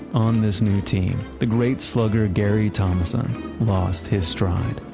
on this new team, the great slugger gary thomasson lost his stride.